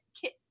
kit